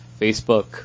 facebook